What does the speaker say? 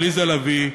עליזה לביא,